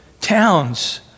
towns